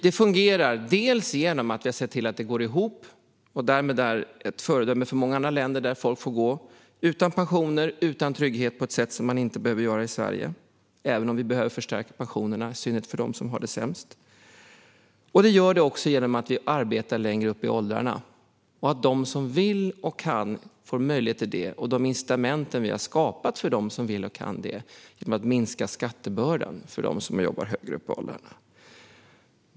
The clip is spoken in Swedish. Det fungerar dels genom att vi har sett till att det går ihop och därmed är ett föredöme för många andra länder, där folk får gå utan pensioner och utan trygghet på ett sätt som man inte behöver göra i Sverige - även om vi behöver förstärka pensionerna, i synnerhet för dem som har det sämst. Det fungerar dels för att vi arbetar längre upp i åldrarna och för att de som vill och kan får möjlighet till det. Det beror på de incitament vi har skapat för dem som vill och kan göra det genom att minska skattebördan för dem som jobbar högre upp i åldrarna.